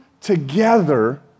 together